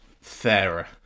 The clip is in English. fairer